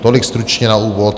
Tolik stručně na úvod.